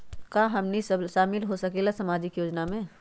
का हमनी साब शामिल होसकीला सामाजिक योजना मे?